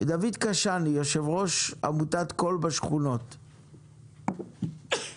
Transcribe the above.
דוד קשני, יושב-ראש עמותת קול בשכונות, בבקשה.